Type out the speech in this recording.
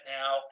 now